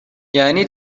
یعنی